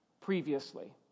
previously